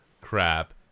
crap